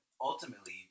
ultimately